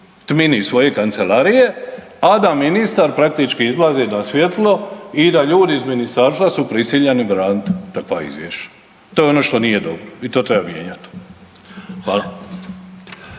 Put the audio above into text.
tmini svoje kancelarije, a da ministar praktički izlazi na svjetlo i da ljudi iz ministarstva su prisiljeni braniti takva izvješća. To je ono što nije dobro i to treba mijenjati. Hvala.